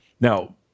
Now